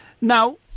Now